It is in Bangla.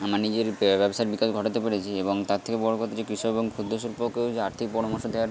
আমার নিজের ব্যবসার বিকাশ ঘটাতে পেরেছি এবং তার থেকেও বড়ো কথা যে কৃষক এবং ক্ষুদ্র শিল্পকে যে আর্থিক পরামর্শ দেওয়ার